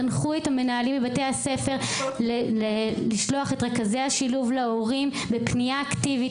תנחו את המנהלים בבתי הספר לשלוח את רכזי השילוב להורים בפנייה אקטיבית.